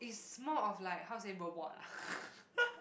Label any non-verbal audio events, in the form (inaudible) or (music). is more of like how to say robot ah (laughs)